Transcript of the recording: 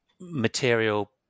material